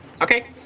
Okay